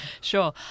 Sure